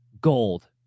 gold